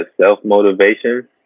self-motivation